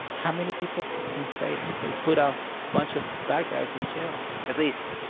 how many people can say that they put a bunch of bad guys in jail? at least,